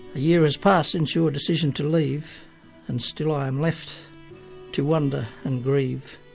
year has passed since your decision to leave and still i am left to wonder and grieve.